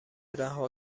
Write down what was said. رها